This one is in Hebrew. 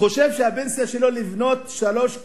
חושב שהפנסיה שלו זה לבנות שלוש קומות,